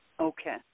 Okay